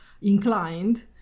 inclined